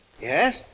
Yes